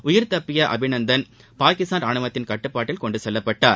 உயிர் தப்பிய அபிநந்தன் பாகிஸ்தான் ராணுவத்தின் கட்டுப்பாட்டில் கொண்டு செல்லப்பட்டார்